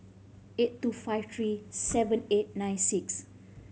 eight two five three seven eight nine six